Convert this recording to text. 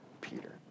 Peter